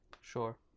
Sure